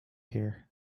here